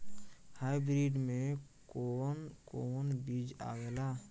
Hybrid में कोवन कोवन बीज आवेला?